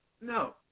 No